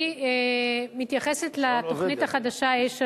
אני מתייחסת לתוכנית החדשה, א-3,